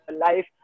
life